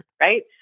Right